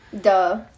Duh